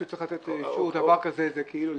כשצריך לתת אישור לדבר כזה זה זה כאילו,